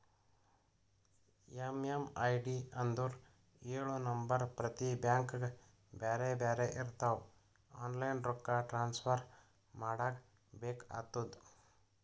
MMID ಅಂದುರ್ ಎಳು number ಪ್ರತಿ ಬ್ಯಾಂಕ್ಗ ಬ್ಯಾರೆ ಬ್ಯಾರೆ ಇರ್ತಾವ್ ಆನ್ಲೈನ್ ರೊಕ್ಕಾ ಟ್ರಾನ್ಸಫರ್ ಮಾಡಾಗ ಬೇಕ್ ಆತುದ